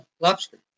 lobster